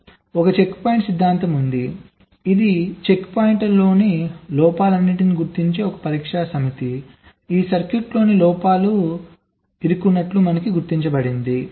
కాబట్టి ఒక చెక్పాయింట్ సిద్ధాంతం ఉంది ఇది చెక్పాయింట్లలోని లోపాలన్నింటినీ గుర్తించే ఒక పరీక్షా సమితి ఈ సర్క్యూట్లోని లోపాల వద్ద ఇరుక్కున్నట్లు గుర్తించింది